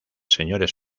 señores